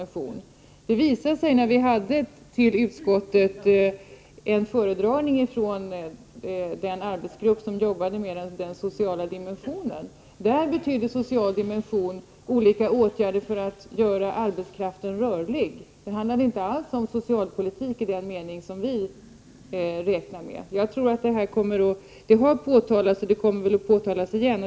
Det visade sig när socialutskottet fick en föredragning av den arbetsgrupp som arbetar med den sociala dimensionen. Inom denna grupp innebär den sociala dimensionen olika åtgärder för att göra arbetskraften rörlig. Den innebär inte alls socialpolitik i den mening som vi lägger in i begreppet. Detta har påtalats, och det kommer väl att påtalas igen.